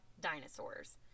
dinosaurs